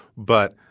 but